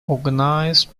organized